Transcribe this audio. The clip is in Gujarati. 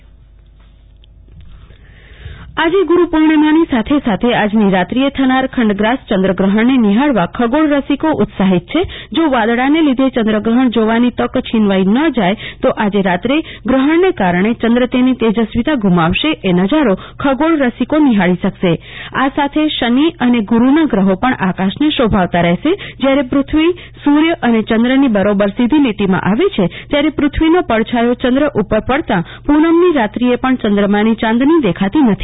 કલ્પના શાહ આજે ખંડગ્રાસ ચંદ્રગ્રહણ આજે ગુરૂપુર્ણિમાની સાથે સાથે આજની રાત્રિએ થનાર ખંડગ્રાસ ચંદ્રગ્રહ્ણ નિફાળવા ખગોળ રસિકો ઉત્સાહિત છે જો વાદળાને લીધે ચંદ્રગ્રફણ જોવાની તક છીનવાઈ ન જાય તો આજે રાત્રીએ ગ્રહ્ણને કારણે ચંદ્ર તેની તેજસ્વીતા ગુમાવશે એ નજારો ખગોળ રસિકો નિફાળી શકશે આ સાથે શનિ અને ગુરૂના ગ્રફો પણ આકાશને શોભાવતા રફેશે જયારે પૃથ્વી સુર્ય અને ચંદ્રની બરોબર સીધી લીટીમાં આવે છે ત્યારે પૃથ્વીનો પડછાયો ચંદ્ર ઉપર પડતા પુનમની રાત્રીએ પણ ચંદ્રમાની ચાંદની દેખાતી નથી